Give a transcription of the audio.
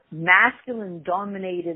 masculine-dominated